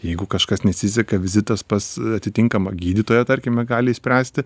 jeigu kažkas nesiseka vizitas pas atitinkamą gydytoją tarkime gali išspręsti